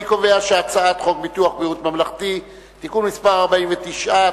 אני קובע שהצעת חוק ביטוח בריאות ממלכתי (תיקון מס' 49),